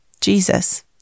Jesus